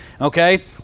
okay